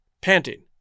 panting